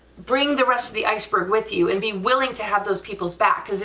bring the rest of the iceberg with you, and be willing to have those people's back,